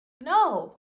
No